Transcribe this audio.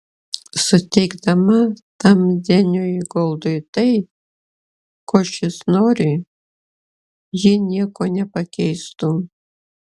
suteikdama tam deniui goldui tai ko šis nori ji nieko nepakeistų